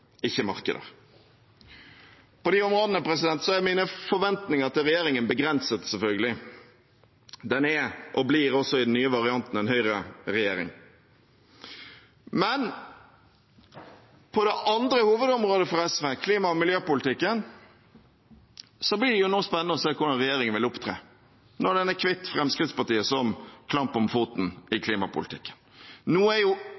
ikke markeder. På de områdene er mine forventninger til regjeringen begrenset, selvfølgelig. Den er, og blir også i den nye varianten, en høyreregjering. Men på det andre hovedområdet for SV, klima- og miljøpolitikken, blir det nå spennende å se hvordan regjeringen vil opptre, når den er kvitt Fremskrittspartiet som klamp om foten i klimapolitikken. Nå er jo